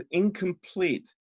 incomplete